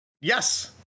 Yes